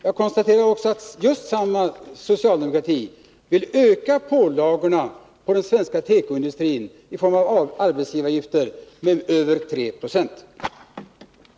Jag konstaterar också att just samma socialdemokrati vill öka pålagorna på den svenska tekoindustrin i form av arbetsgivaravgifter med över 3 96.